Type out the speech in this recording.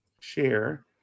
share